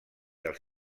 els